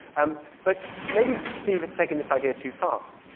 um but maybe steve had taken this idea too far.